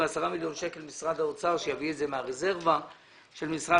ת ו-10 מיליון שקלים משרד האוצר שיביא מהרזרבה של משרד